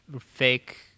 fake